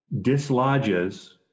dislodges